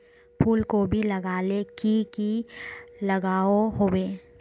फूलकोबी लगाले की की लागोहो होबे?